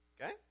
Okay